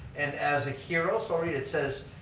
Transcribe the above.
and as a hero, so i'll read, it says,